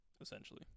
essentially